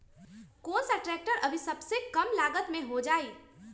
कौन सा ट्रैक्टर अभी सबसे कम लागत में हो जाइ?